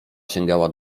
sięgała